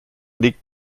liegt